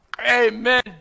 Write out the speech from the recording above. Amen